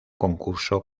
concurso